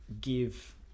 give